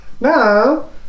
no